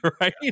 right